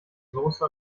soße